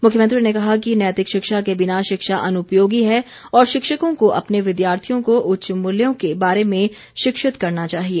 मुख्यमंत्री ने कहा कि नैतिक शिक्षा के बिना शिक्षा अनुपयोगी है और शिक्षकों को अपने विद्यार्थियों को उच्च मूल्यों के बारे में शिक्षित करना चाहिए